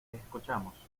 escuchamos